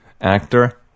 actor